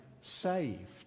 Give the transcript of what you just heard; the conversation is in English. saved